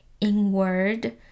inward